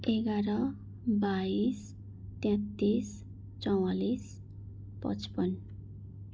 एघार बाइस तेत्तिस चवालिस पच्पन